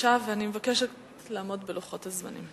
ואני מבקשת לעמוד בלוחות הזמנים.